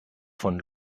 von